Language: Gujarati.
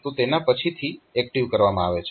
તો તેના પછીથી એક્ટીવ કરવામાં આવે છે